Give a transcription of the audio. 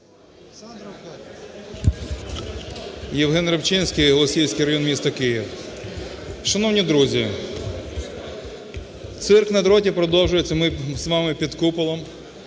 Євген Рибчинський, Голосіївський район міста Києва. Шановні друзі, "цирк на дроті" продовжується, ми з вами під куполом.